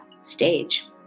stage